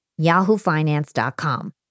yahoofinance.com